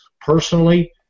personally